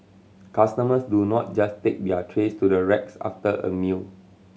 customers do not just take their trays to the racks after a meal